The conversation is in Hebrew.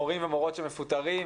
מורים ומורות שמפוטרים.